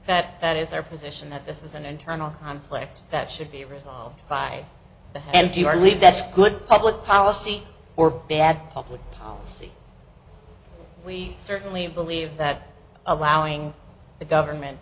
that that is our position that this is an internal conflict that should be resolved by the hand you are leave that's good public policy or bad public policy we certainly believe that allowing the government